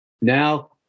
Now